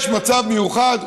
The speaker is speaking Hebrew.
יש מצב מיוחד,